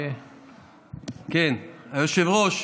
היושב-ראש,